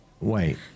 Wait